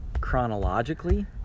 chronologically